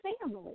family